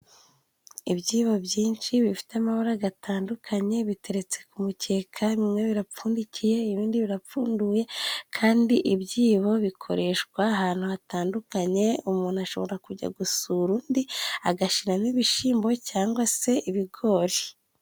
Ibyibo byinshi bifite amabara gatandukanye biteretse ku mukeka, bimwe birapfundikiye ibindi birapfunduye, kandi ibyibo bikoreshwa ahantu hatandukanye, umuntu ashobora kujya gusura undi agashiramo ibishimbo cyangwa se ibigori.